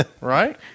Right